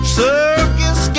circus